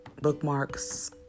bookmarks